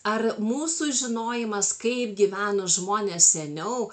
ar mūsų žinojimas kaip gyveno žmonės seniau